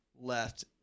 left